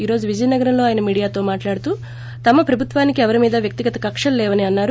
ఈ రోజు విజయనగరంలో ఆయన మీడియాతో మాట్లాడుతూ తమ ప్రభుత్వానికి ఎవరిమీదా వ్యక్తిగత కక్షలు లేవని అన్నారు